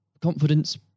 confidence